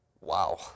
Wow